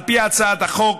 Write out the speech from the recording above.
על פי הצעת החוק,